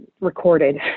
recorded